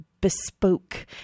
bespoke